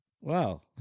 Wow